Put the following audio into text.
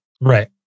Right